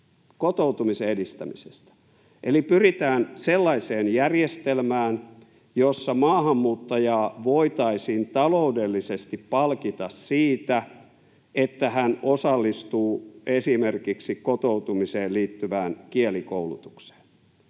kotoutumisen edistämisestä. Eli pyritään sellaiseen järjestelmään, jossa maahanmuuttajaa voitaisiin taloudellisesti palkita siitä, että hän osallistuu esimerkiksi kotoutumiseen liittyvään kielikoulutukseen.